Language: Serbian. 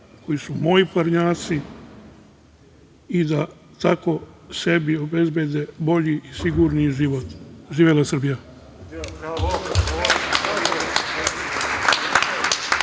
koji su moji parnjaci i da tako sebi obezbedi bolji i sigurniji život. Živela Srbija.